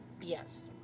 Yes